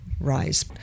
rise